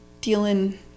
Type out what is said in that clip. dealing